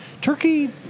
Turkey